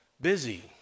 busy